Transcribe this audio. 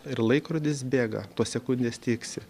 ir laikrodis bėga tos sekundės tiksi